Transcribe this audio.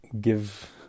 give